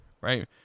right